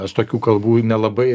aš tokių kalbų nelabai